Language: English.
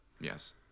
Yes